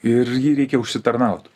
ir jį reikia užsitarnaut